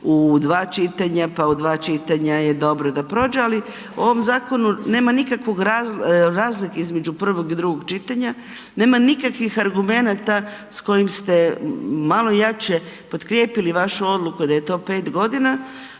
u dva čitanja, pa u dva čitanja je dobro da prođe, ali u ovom zakonu nema nikakve razlike između prvog i drugog čitanja, nema nikakvih argumenata s kojim ste malo jače potkrijepili vašu odluku da je to 5 godina,